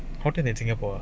hotter than singapore ah